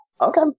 okay